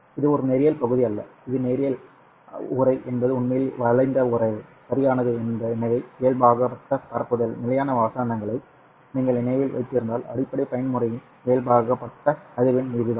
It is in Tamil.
இது ஒரு நேரியல் பகுதி அல்ல இது நேரியல் உறவு என்பது உண்மையில் வளைந்த உறவு சரியானது எனவே இயல்பாக்கப்பட்ட பரப்புதல் நிலையான வசனங்களை நீங்கள் நினைவில் வைத்திருந்தால் அடிப்படை பயன்முறையின் இயல்பாக்கப்பட்ட அதிர்வெண் இதுதான்